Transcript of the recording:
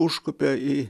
užkopė į